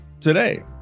today